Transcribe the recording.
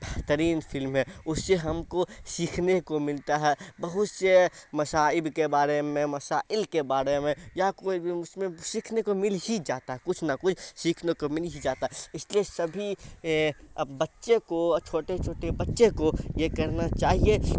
بہترین فلم ہے اس سے ہم کو سیکھنے کو ملتا ہے بہت سے مصائب کے بارے میں مسائل کے بارے میں یا کوئی بھی ہم اس میں سیکھنے کو مل ہی جاتا کچھ نہ کچھ سیکھنے کو مل ہی جاتا اس لیے سبھی اب بچے کو چھوٹے چھوٹے بچے کو یہ کرنا چاہیے